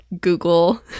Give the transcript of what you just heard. Google